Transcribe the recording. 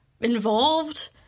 involved